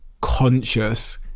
conscious